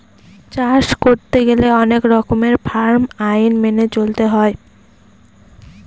চাষ করতে গেলে অনেক রকমের ফার্ম আইন মেনে চলতে হয়